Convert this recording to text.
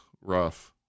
rough